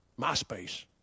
MySpace